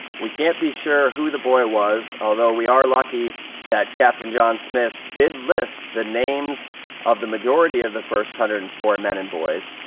we can't be sure who the boy was, although we are lucky that captain john smith did list the names of the majority of the first one hundred and four men and boys,